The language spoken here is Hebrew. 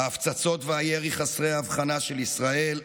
ההפצצות והירי חסרי ההבחנה של ישראל,